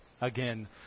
again